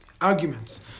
arguments